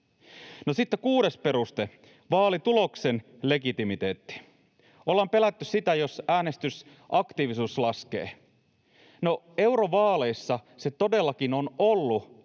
kuudes peruste: vaalituloksen legitimiteetti. Ollaan pelätty sitä, että äänestysaktiivisuus laskee. No, eurovaaleissa se todellakin on ollut